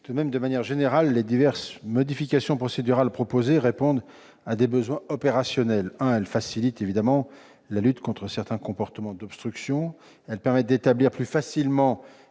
droit de séjour. Je rappelle que les diverses modifications procédurales proposées répondent à des besoins opérationnels : elles facilitent la lutte contre certains comportements d'obstruction ; elles permettent d'établir plus facilement